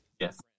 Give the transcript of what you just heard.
yes